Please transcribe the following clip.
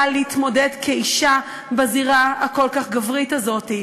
להתמודד כאישה בזירה הכל-כך גברית הזאת.